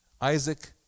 Isaac